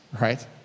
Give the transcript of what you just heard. right